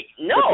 No